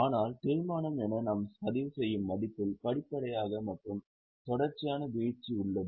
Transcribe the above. ஆனால் தேய்மானம் என நாம் பதிவுசெய்யும் மதிப்பில் படிப்படியாக மற்றும் தொடர்ச்சியான வீழ்ச்சி உள்ளது